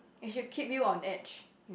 it should keep you on edge you